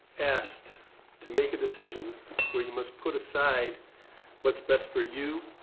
asked to make a decision where you must put aside what's best for you,